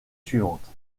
suivantes